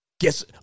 guess